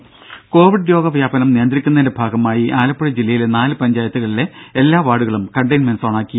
ദ്ദേ കോവിഡ് രോഗ വ്യാപനം നിയന്ത്രിക്കുന്നതിന്റെ ഭാഗമായി ആലപ്പുഴ ജില്ലയിലെ നാല് പഞ്ചായത്തുകളിലെ എല്ലാ വാർഡുകളും കണ്ടെയിൻമെന്റ് സോണാക്കി